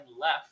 left